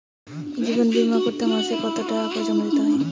জীবন বিমা করতে মাসে কতো টাকা জমা দিতে হয়?